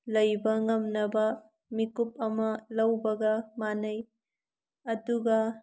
ꯂꯩꯕ ꯉꯝꯅꯕ ꯃꯤꯀꯨꯞ ꯑꯃ ꯂꯧꯕꯒ ꯃꯥꯅꯩ ꯑꯗꯨꯒ